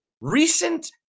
recent